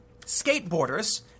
skateboarders